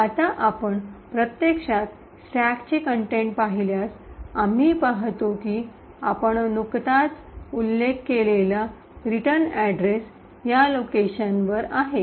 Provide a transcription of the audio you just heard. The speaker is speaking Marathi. आता आपण प्रत्यक्षात स्टॅकचे कंटेंट पाहिल्यास आम्ही पाहतो की आपण नुकताच उल्लेख केलेला रिटर्न अड्रेस या लोकेशन वर आहे